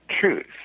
Truth